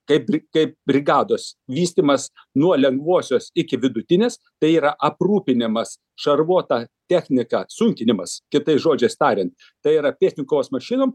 kaip ir kaip brigados vystymas nuo lengvosios iki vidutinės tai yra aprūpinimas šarvuota technika sunkinimas kitais žodžiais tariant tai yra pėstininkų kovos mašinom